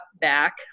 back